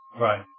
Right